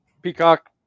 Peacock